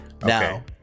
Now